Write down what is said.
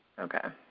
okay.